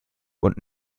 und